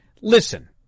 Listen